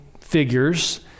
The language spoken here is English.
figures